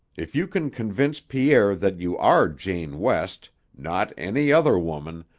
if you can convince pierre that you are jane west, not any other woman,